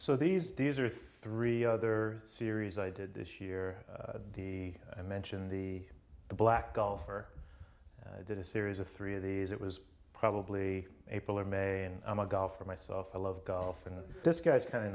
so these these are three other series i did this year the i mentioned the black golfer did a series of three of these it was probably april or may and i'm a golfer myself i love golf and this guy's kind